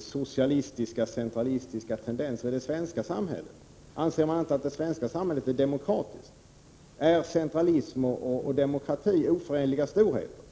socialistiska och centralistiska tendenser i det svenska samhället. Anser man inte att det svenska samhället är demokratiskt? Är centralism och demokrati oförenliga storheter?